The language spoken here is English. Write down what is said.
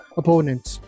opponents